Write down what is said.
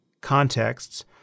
contexts